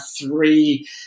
three